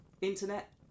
Internet